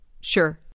Sure